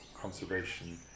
conservation